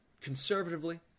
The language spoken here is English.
conservatively